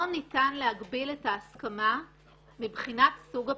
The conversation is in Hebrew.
לא ניתן להגביל את ההסכמה מבחינת סוג הפרסום.